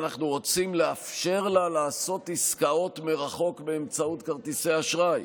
אנחנו רוצים לאפשר לעשות עסקאות מרחוק באמצעות כרטיסי אשראי,